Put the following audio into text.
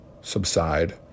subside